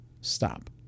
Stop